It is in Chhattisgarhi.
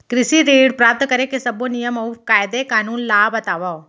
कृषि ऋण प्राप्त करेके सब्बो नियम अऊ कायदे कानून ला बतावव?